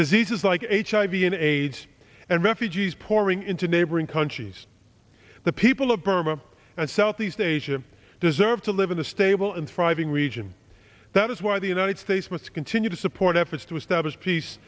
diseases like hiv and aids and refugees pouring into neighboring countries the people of burma and southeast asia deserve to live in a stable and thriving region that is why the united states must continue to support efforts to establish peace